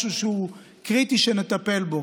משהו שהוא קריטי שנטפל בו.